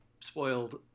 spoiled